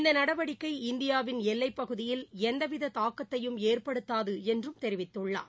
இந்த நடவடிக்கை இந்தியாவின் எல்லைப் பகுதியில் எந்தவித தாக்கத்தையும் ஏற்படுத்தாது என்றும் தெரிவித்துள்ளார்